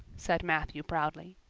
said matthew proudly.